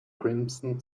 crimson